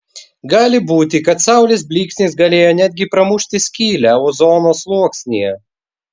gali būti kad saulės blyksnis galėjo netgi pramušti skylę ozono sluoksnyje